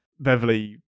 Beverly